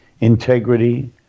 integrity